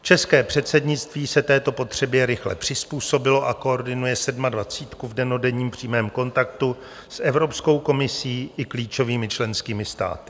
České předsednictví se této potřebě rychle přizpůsobilo a koordinuje sedmadvacítku v dennodenním přímém kontaktu s Evropskou komisí i klíčovými členskými státy.